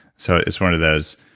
so it's one of those